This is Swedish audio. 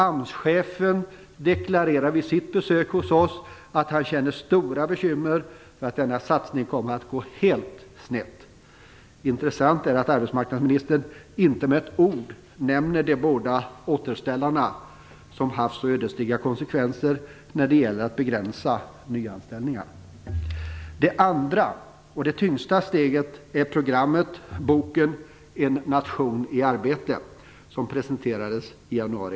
AMS-chefen deklarerade vid sitt besök hos oss att han känner stora bekymmer för att denna satsning kommer att gå helt snett. Intressant är också att arbetsmarknadsministern inte med ett ord nämnde de båda "återställare" som haft så ödesdigra konsekvenser när det gäller att begränsa nyanställningar. Det andra och viktigaste steget är programmet En nation i arbete, som presenterades i januari.